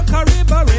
Caribbean